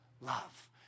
love